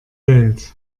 geld